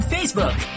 Facebook